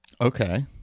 okay